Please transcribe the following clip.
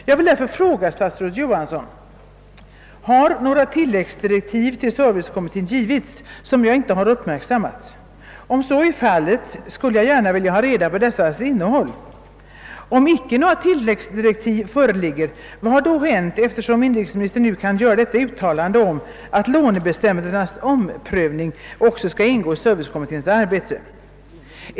Jag vill därför fråga statsrådet Johansson: Har några tilläggsdirektiv givits servicekommittén som jag inte har uppmärksammat? Om så är fallet skulle jag gärna vilja ha reda på dessas innehåll Om icke några tilläggsdirektiv har givits, vad har då hänt eftersom inrikesministern nu kan göra detta uttalande om att omprövning av lånebstämmelserna också skall ingå i servicekommitténs arbete?